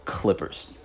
Clippers